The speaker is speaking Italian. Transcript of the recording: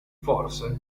forse